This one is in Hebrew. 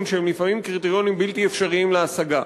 שהם לפעמים קריטריונים בלתי אפשריים להשגה.